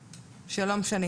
שלום.